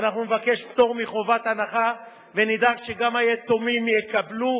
ואנחנו נבקש פטור מחובת הנחה ונדאג שגם היתומים יקבלו